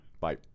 bye